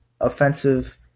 Offensive